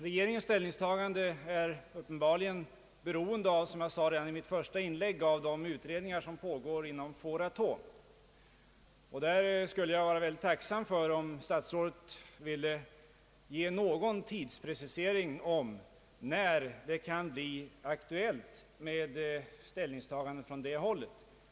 Regeringens ställningstagande är uppenbarligen — som jag nämnde redan i mitt första inlägg — beroende av de utredningar som pågår inom Foratom. Jag vore mycket tacksam om statsrådet ville ge en tidsprecisering när det kan bli aktuellt med ett ställningstagande från det hållet.